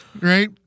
Right